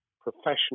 professional